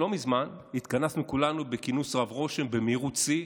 לא מזמן התכנסנו כולנו בכינוס רב רושם במהירות שיא,